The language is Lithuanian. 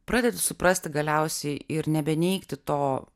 pradedi suprasti galiausiai ir nebeneigti to